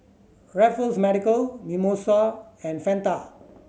Raffles Medical Mimosa and Fanta